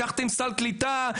לקחתם סל קליטה,